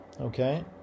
okay